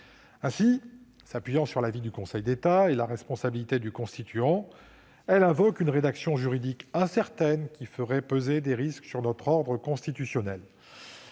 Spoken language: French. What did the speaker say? Ainsi, s'appuyant sur l'avis du Conseil d'État et la responsabilité du constituant, elle invoque une rédaction juridique incertaine, qui ferait peser des risques sur notre ordre constitutionnel.